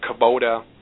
Kubota